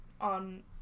On